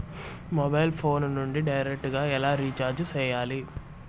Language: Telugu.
మొబైల్ ఫోను నుండి డైరెక్టు గా ఎలా రీచార్జి సేయాలి